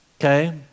Okay